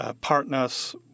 Partners